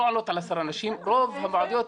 רוב הוועדות,